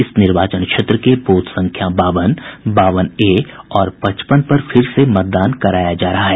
इस निर्वाचन क्षेत्र के बूथ संख्या बावन बावन ए और पचपन में फिर से मतदान कराया जा रहा है